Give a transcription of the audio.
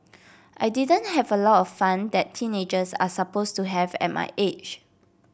I didn't have a lot of fun that teenagers are supposed to have at my age